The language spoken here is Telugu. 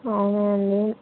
అవునా అండి